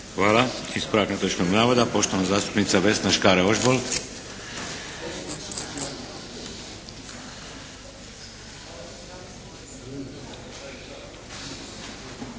Hvala. Ispravak netočnog navoda, poštovana zastupnica Vesna Škare Ožbolt.